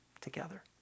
together